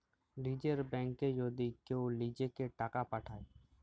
লীযের ব্যাংকে যদি কেউ লিজেঁকে টাকা পাঠায়